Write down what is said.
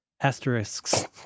asterisks